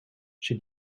she